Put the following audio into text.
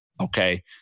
Okay